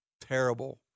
terrible